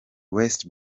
west